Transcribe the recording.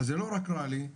אז זה לא רק רע לי,